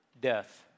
death